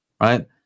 right